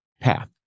path